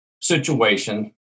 situation